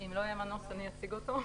אם לא יהיה מנוס, אני אציג אותו.